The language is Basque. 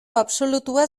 absolutua